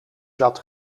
zat